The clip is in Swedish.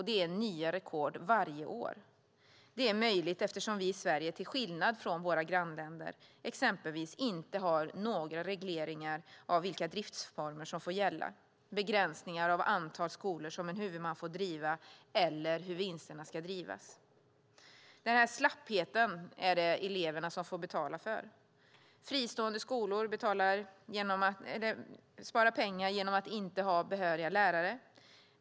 Det är nya rekord varje år. Detta är möjligt eftersom vi i Sverige, till skillnad från våra grannländer, exempelvis inte har några regleringar av vilka driftsformer som får gälla, begränsningar av antal skolor som en huvudman får driva eller hur vinsterna ska användas. Den här slappheten får eleverna betala för. Fristående skolor sparar pengar genom att inte ha behöriga lärare.